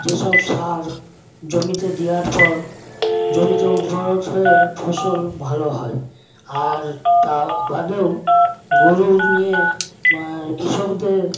যেসব সার জমিতে দেয়ার পর জমিতে হয়ে ফসল ভালো হয় আর তা বাদেও গরু নিয়ে কৃষকদের